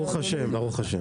ברוך השם.